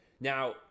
Now